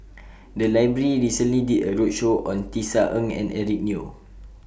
The Library recently did A roadshow on Tisa Ng and Eric Neo